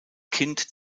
kind